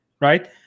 right